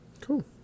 Cool